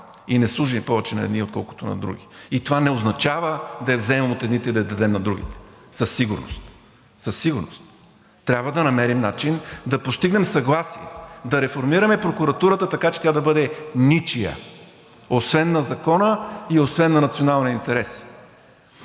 и не служи повече на едни, отколкото на други. И това не означава да я вземем от едните и да я дадем на другите, със сигурност, със сигурност! Трябва да намерим начин да постигнем съгласие да реформираме прокуратурата така, че тя да бъде ничия, освен на закона и освен на националния интерес.